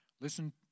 listen